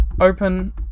Open